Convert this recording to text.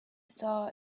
saw